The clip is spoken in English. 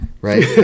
right